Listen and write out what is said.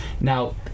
now